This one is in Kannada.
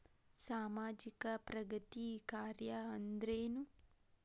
ಸಾಮಾಜಿಕ ಪ್ರಗತಿ ಕಾರ್ಯಾ ಅಂದ್ರೇನು?